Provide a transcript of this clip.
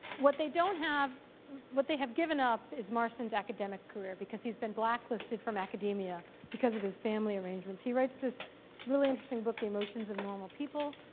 what they don't have what they have given up is marston's academic career, because he's been blacklisted from academia because of his family arrangements. he writes this really interesting book, the emotions of normal people,